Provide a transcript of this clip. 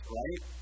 right